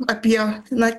apie na